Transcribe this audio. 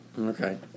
Okay